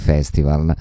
Festival